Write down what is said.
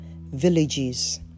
villages